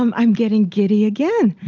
um i'm getting giddy again.